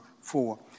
four